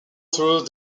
through